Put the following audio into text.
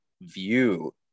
view